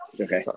Okay